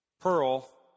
Pearl